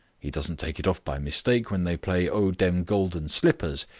he doesn't take it off by mistake when they play oh, dem golden slippers'.